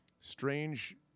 strange